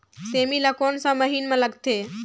सेमी ला कोन सा महीन मां लगथे?